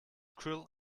cruel